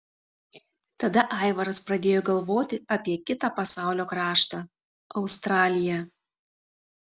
tada aivaras pradėjo galvoti apie kitą pasaulio kraštą australiją